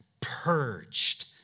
purged